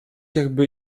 jakby